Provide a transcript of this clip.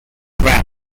scrapped